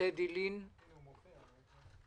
תודה רבה.